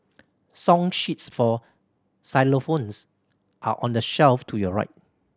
song sheets for xylophones are on the shelf to your right